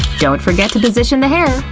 don't forget to position the hair!